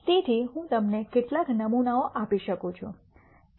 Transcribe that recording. તેથી હું તમને કેટલાક નમૂનાઓ આપી શકું છું